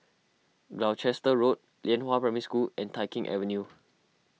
Gloucester Road Lianhua Primary School and Tai Keng Avenue